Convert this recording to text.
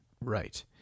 Right